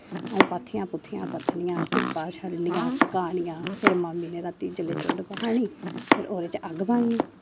अ'ऊं पाथियां पूथियां पत्थनियां धुप्पा छड्डनियां सकानियां फिर मम्मी नै जेल्ले रातीं चुल्ल भखानी फिर ओह्दे च अग्ग बालनी